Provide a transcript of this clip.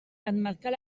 emmarcar